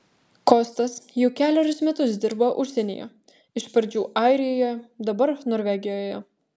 kostas jau kelerius metus dirba užsienyje iš pradžių airijoje dabar norvegijoje